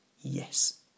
Yes